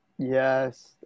Yes